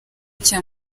cya